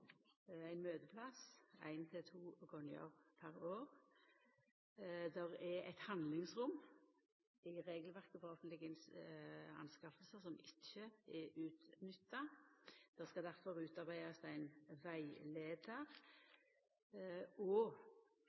ein møteplass, éin til to gonger per år. Det er eit handlingsrom i regelverket for offentlege innkjøp som ikkje er utnytta. Det skal difor utarbeidast ein rettleiar, og